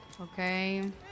Okay